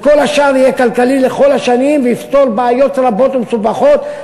וכל השאר יהיה כלכלי לכל השנים ויפתור בעיות רבות ומסובכות,